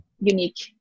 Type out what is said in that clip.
unique